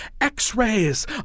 x-rays